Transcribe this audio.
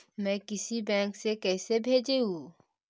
मैं किसी बैंक से कैसे भेजेऊ